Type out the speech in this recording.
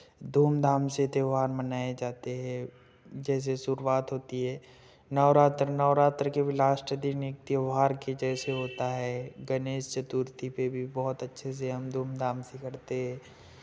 धूमधाम से त्यौहार मनाये जाते हैं जैसे शुरुआत होती है नवरात्र नवरात्र के भी लास्ट दिन एक त्यौहार के जैसे होता है गणेश चतुर्थी भी बहुत अच्छे से हम धूमधाम से करते हैं